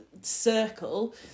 circle